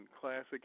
classic